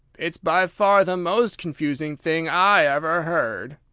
it's by far the most confusing thing i ever heard!